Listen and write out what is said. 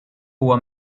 huwa